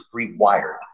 rewired